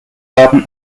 haben